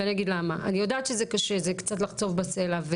אני יודעת שזה קשה, זה קצת לחצוב בסלע.